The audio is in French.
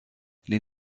les